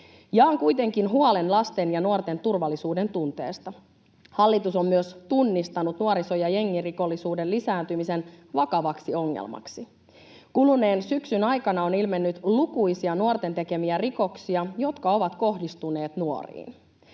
Jaan kuitenkin huolen lasten ja nuorten turvallisuudentunteesta. Hallitus on myös tunnistanut nuoriso- ja jengirikollisuuden lisääntymisen vakavaksi ongelmaksi. Kuluneen syksyn aikana on ilmennyt lukuisia nuorten tekemiä rikoksia, jotka ovat kohdistuneet nuoriin.